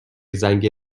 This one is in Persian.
زنگ